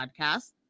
Podcast